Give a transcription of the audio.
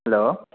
hello